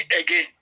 again